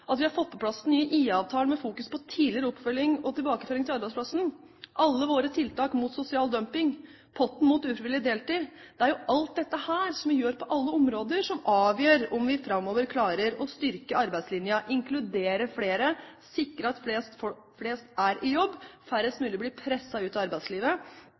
at vi har fått på plass den nye IA-avtalen med fokus på tidligere oppfølging og tilbakeføring til arbeidsplassen, alle våre tiltak mot sosial dumping, potten mot ufrivillig deltid – det er jo alt dette vi gjør på alle områder, som avgjør om vi framover klarer å styrke arbeidslinja, inkludere flere, sikre at folk flest er i jobb, at færrest mulig blir presset ut av arbeidslivet, og at flere som i